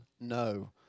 No